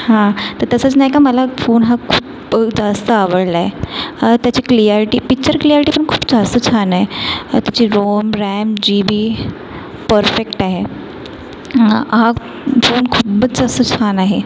हां तर तसंच नाही का मला फोन हा खूप जास्त आवडलाय त्याची क्लिअॅल्टी पिच्चर क्लिअॅल्टी पण खूप जास्त छान आहे त्याची ROM RAM G B perfect आहे हा फोन खूपच जास्स छान आहे